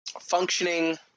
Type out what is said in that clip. functioning